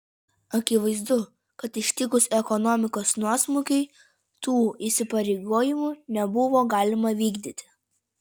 akivaizdu kad ištikus ekonomikos nuosmukiui tų įsipareigojimų nebuvo galima vykdyti